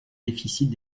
déficits